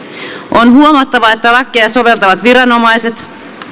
on huomattava että lakeja soveltavat viranomaiset